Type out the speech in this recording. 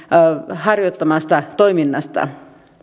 harjoittamasta toiminnasta